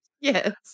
Yes